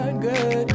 Good